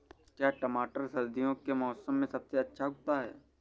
क्या टमाटर सर्दियों के मौसम में सबसे अच्छा उगता है?